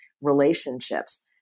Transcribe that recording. relationships